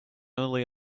only